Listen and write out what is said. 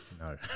No